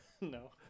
no